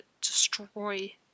destroy